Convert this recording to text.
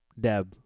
deb